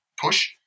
push